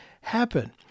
happen